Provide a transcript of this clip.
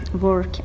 work